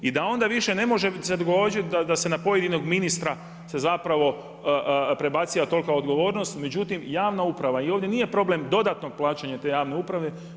I da onda više ne može se dogoditi da se na pojedinog ministra se zapravo prebaciva tolika odgovornost, međutim javna uprava i ovdje nije problem dodatnog plaćanja te javne uprave.